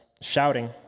shouting